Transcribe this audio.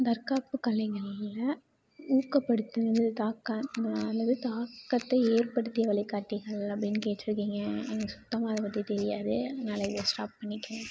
தற்காப்பு கலைகளில் ஊக்கப்படுத்துவது தாக்க அந்த என்னது தாக்கத்தை ஏற்படுத்தியவளை காட்டுங்கள் அப்டின்னு கேட்டிருக்கீங்க எனக்கு சுத்தமாக அதை பற்றி தெரியாது அதனால் இதை ஸ்டாப் பண்ணிக்கிறேன்